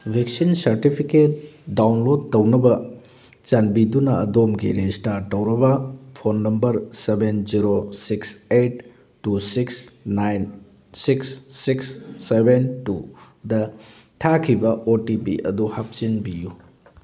vaccine certificate download ꯇꯧꯅꯕ ꯆꯥꯟꯕꯤꯗꯨꯅ ꯑꯗꯣꯝꯒꯤ ꯔꯦꯖꯤꯁꯇꯥꯔ ꯇꯧꯔꯕ phone number seven zero six eight two six nine six six seven two ꯗ ꯊꯥꯈꯤꯕ ꯑꯣ ꯇꯤ ꯄꯤ ꯑꯗꯨ ꯍꯥꯞꯆꯤꯟꯕꯤꯌꯨ